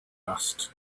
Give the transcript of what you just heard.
asked